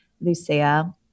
Lucia